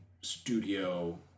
studio